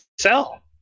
sell